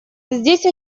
здесь